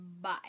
Bye